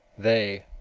they,